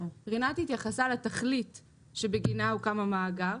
רינת התייחסה לתכלית שבגינה הוקדם המאגר.